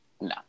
No